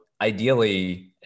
ideally